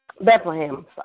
Bethlehem